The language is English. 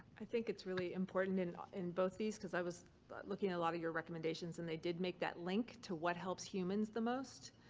i think it's really important in in both these, because i was but looking at a lot of your recommendations and they did make that link to what helps humans the most,